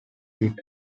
bit